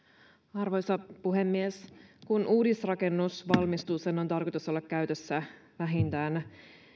arvoisa puhemies kun uudisrakennus valmistuu sen on tarkoitus olla käytössä vähintään